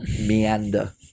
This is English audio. meander